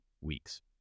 weeks